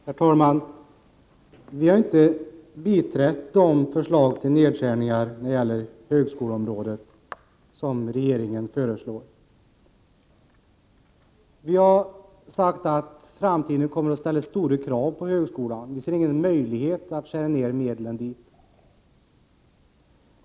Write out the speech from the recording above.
Herr talman! Vi har inte biträtt de nedskärningar på högskoleområdet som regeringen föreslår. Vi har sagt att framtiden kommer att ställa stora krav på högskolan, och vi ser ingen möjlighet att skära ner medlen dit.